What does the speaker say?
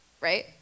Right